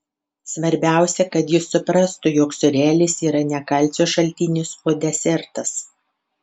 svarbiausia kad jis suprastų jog sūrelis yra ne kalcio šaltinis o desertas